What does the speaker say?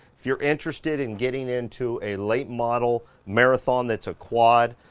if you're interested in getting into a late model marathon, that's a quad.